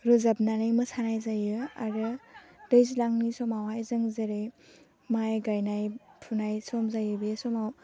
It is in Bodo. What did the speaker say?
रोजाबनानै मोसानाय जायो आरो दैज्लांनि समावहाय जों जेरै माइ गायनाय फुनाय सम जायो बे समाव